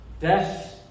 Death